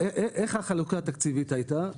איך החלוקה התקציבית הייתה?